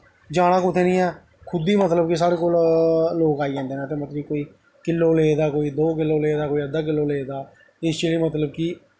जाना कुदै निं ऐ खुद गै मतलब कि साढ़े कोल लोग आई जंदे न ते मतलब कि कोई किल्लो ले दा कोई दो किल्लो ले दा कोई अद्धा किल्लो ले दा एह् जेह् मतलब कि